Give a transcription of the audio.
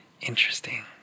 Interesting